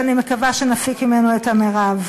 ואני מקווה שנפיק ממנו את המרב.